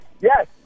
yes